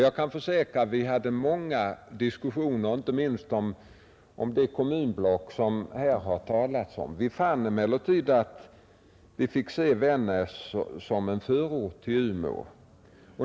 Jag kan försäkra att vi hade många diskussioner om detta, inte minst om de kommunblock som här har nämnts. Vi kom därvid fram till att Vännäs fick ses som en förort till Umeå.